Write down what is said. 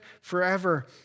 forever